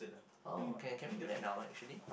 oh okay can we do that now actually